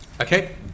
Okay